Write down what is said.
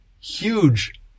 huge